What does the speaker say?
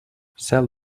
cel